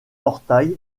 portail